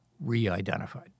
re-identified